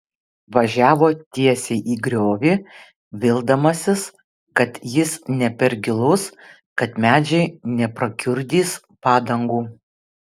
važiavo tiesiai į griovį vildamasis kad jis ne per gilus kad medžiai neprakiurdys padangų